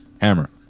Hammer